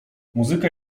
muzyka